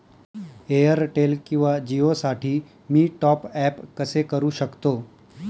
Airtel किंवा जिओसाठी मी टॉप ॲप कसे करु शकतो?